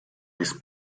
this